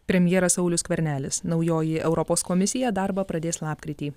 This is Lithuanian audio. premjeras saulius skvernelis naujoji europos komisija darbą pradės lapkritį